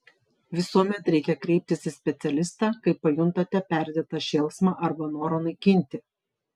visuomet reikia kreiptis į specialistą kai pajuntate perdėtą šėlsmą arba norą naikinti